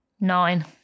nine